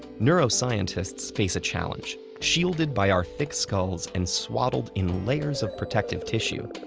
neuroscientists face a challenge shielded by our thick skulls and swaddled in layers of protective tissue,